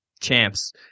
champs